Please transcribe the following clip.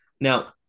Now